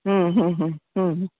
હમ હમ હમ હમ